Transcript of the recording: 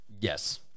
Yes